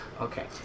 Okay